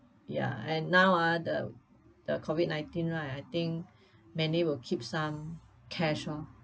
ya and now uh the the COVID-nineteen right I think many will keep some cash oh